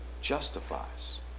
justifies